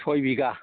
सय बिघा